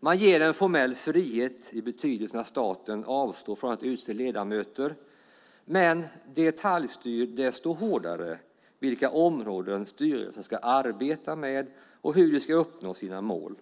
Man ger en formell frihet i betydelsen att staten avstår från att utse ledamöter, men detaljstyr desto hårdare vilka områden styrelserna ska arbeta med och hur de ska uppnå sina mål.